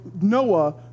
Noah